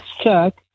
Chuck